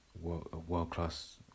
World-class